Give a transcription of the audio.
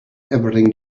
everything